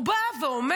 הוא בא ואומר: